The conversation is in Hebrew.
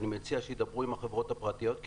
אני מציע שידברו עם החברות הפרטיות כי